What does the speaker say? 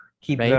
Keep